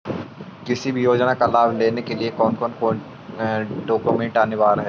किसी भी योजना का लाभ लेने के लिए कोन कोन डॉक्यूमेंट अनिवार्य है?